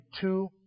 two